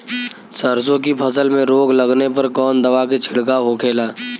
सरसों की फसल में रोग लगने पर कौन दवा के छिड़काव होखेला?